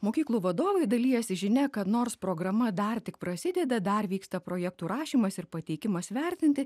mokyklų vadovai dalijasi žinia kad nors programa dar tik prasideda dar vyksta projektų rašymas ir pateikimas vertinti